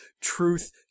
Truth